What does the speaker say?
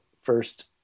first